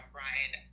Brian